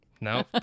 No